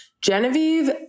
Genevieve